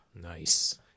Nice